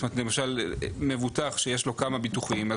למשל מבוטח שיש לו כמה ביטוחים,